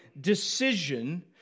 decision